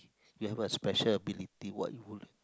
you have a special ability what you